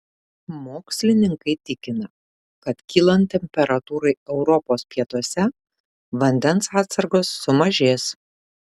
mokslininkai tikina kad kylant temperatūrai europos pietuose vandens atsargos sumažės